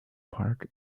park